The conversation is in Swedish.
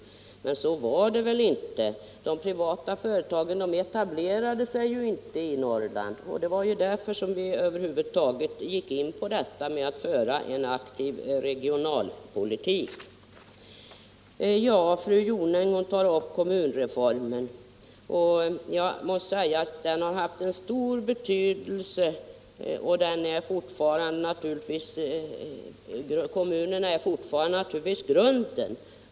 Men så var inte fallet. De privata företagen etablerade sig inte i Norrland. Det var inte därför vi över huvud taget började föra en aktik regionalpolitik. Fru Jonäng tar upp frågan om kommunreformen och jag måste säga att den haft stor betydelse. Naturligtvis är kommunerna fortfarande grunden för all planering.